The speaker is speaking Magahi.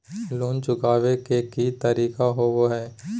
लोन चुकाबे के की तरीका होबो हइ?